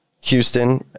Houston